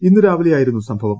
ഇന്ന് രാവിലെയായിരുന്നു സംഭവം